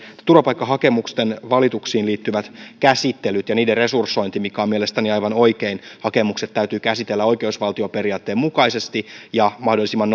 turvapaikkahakemusten valituksiin liittyvät käsittelyt ja niiden resursointi mikä on mielestäni aivan oikein hakemukset täytyy käsitellä oikeusvaltioperiaatteen mukaisesti ja mahdollisimman